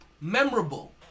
memorable